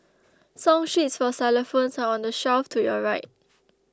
song sheets for xylophones are on the shelf to your right